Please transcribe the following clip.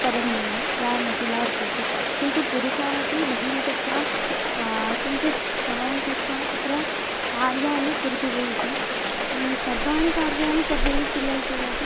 करणीयं या महिला भवति किन्तु पुरुषाःतु बहिः गत्वा किञ्चित् श्रमं कृत्वा तत्र कार्याणि कुर्युः इति सर्वाणि कार्याणि सर्वैः क्रियन्ते वा इति